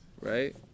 right